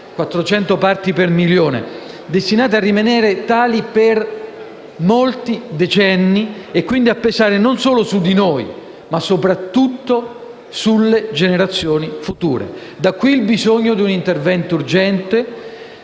(400 parti per milione), destinate a rimanere tali per molti decenni e quindi a pesare non solo su di noi, ma soprattutto sulle generazioni future. È quindi necessario un intervento urgente